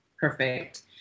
Perfect